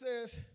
says